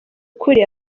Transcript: ukuri